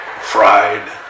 fried